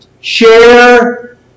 Share